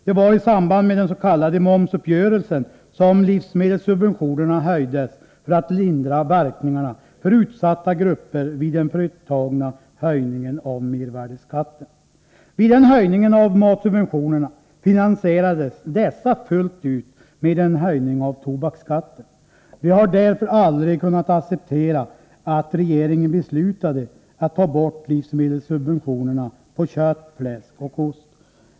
Det var i samband med den s.k. momsuppgörelsen som livsmedelssubventionerna höjdes för att lindra verkningarna för utsatta grupper av den företagna höjningen av mervärdeskatten. Vid den höjningen av matsubventionerna finansierades detta fullt ut med en höjning av tobaksskatten. Vi har därför aldrig kunnat acceptera att regeringen beslutade att ta bort livsmedelssubventionerna på kött, fläsk och ost.